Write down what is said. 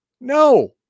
no